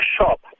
shop